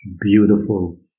beautiful